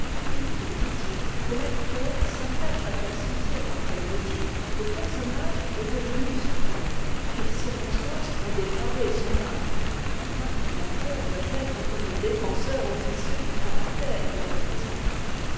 il faut dit-il que l'acteur s'attache à faire sentir l par quels motifs le personnage est devenu ce qu'i est quelles circonstances ont dépravé son âme enfin l'acteur doit être comme le défen seur officieux du caractère qu'il représente